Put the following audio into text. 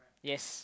yes